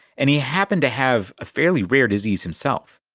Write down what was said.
and he happened to have a fairly rare disease himself.